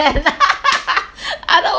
otherwise